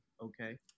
Okay